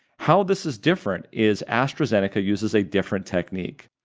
how this is different is astrazeneca uses a different technique.